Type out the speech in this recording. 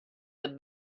the